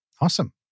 Awesome